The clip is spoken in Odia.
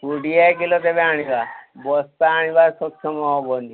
କୋଡ଼ିଏ କିଲୋ ତେବେ ଆଣିବା ବସ୍ତା ଆଣିବା ସକ୍ଷମ ହେବନି